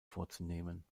vorzunehmen